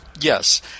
Yes